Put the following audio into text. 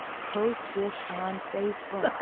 post this on facebook!